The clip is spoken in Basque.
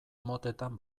motetan